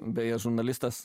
beje žurnalistas